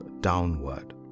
downward